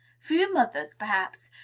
few mothers, perhaps,